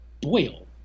boil